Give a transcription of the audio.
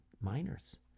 minors